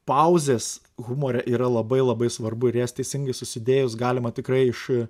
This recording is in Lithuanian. pauzės humore yra labai labai svarbu ir jas teisingai susidėjus galima tikrai iš